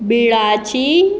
बिळाची